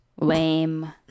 Lame